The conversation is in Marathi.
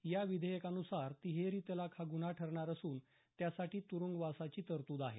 या विधेयकानुसार तिहेरी तलाक हा गुन्हा ठरणार असून त्यासाठी तुरुंगवासाची तरतूद आहे